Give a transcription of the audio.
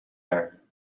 her